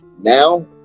now